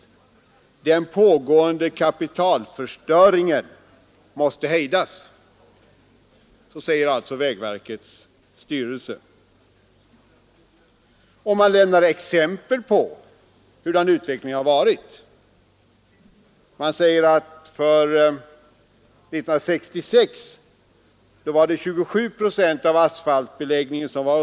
Den pågående kapitalförstöringen måste hejdas.” Man ger exempel på hur utvecklingen har varit och säger att 27 procent av asfaltbeläggningen var undermålig år 1966.